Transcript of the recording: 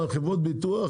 חברות הביטוח,